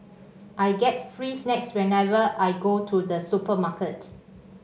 I get free snacks whenever I go to the supermarket